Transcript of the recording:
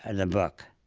and the book.